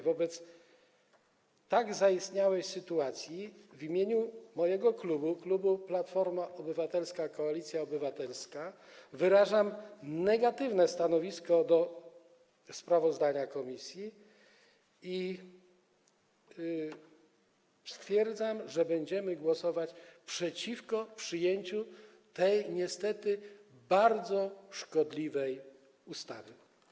Wobec zaistniałej sytuacji w imieniu mojego klubu, klubu Platforma Obywatelska - Koalicja Obywatelska, wyrażam negatywne stanowisko wobec sprawozdania komisji i stwierdzam, że będziemy głosować przeciwko przyjęciu tej bardzo szkodliwej ustawy.